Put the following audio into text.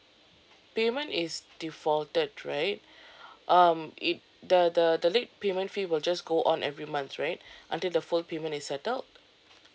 payment is defaulted right um it the the the late payment fee will just go on every month right until the full payment is settled